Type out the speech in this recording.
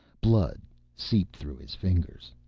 blood seeped through his fingers.